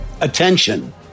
Attention